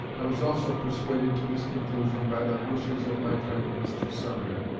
i was also persuaded to this conclusion by the wishes of my friend, mr. sumner.